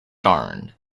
darned